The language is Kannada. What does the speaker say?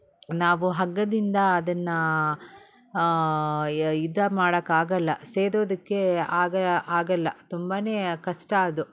ನಾವು ಹಗ್ಗದಿಂದ ಅದನ್ನು ಯ ಇದು ಮಾಡೋಕ್ಕಾಗಲ್ಲ ಸೇದೋದಕ್ಕೆ ಆಗ ಆಗಲ್ಲ ತುಂಬಾ ಕಷ್ಟ ಅದು